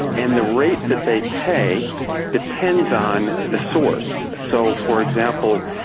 and the rate that they pay depends on the source. so, for example,